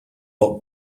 lot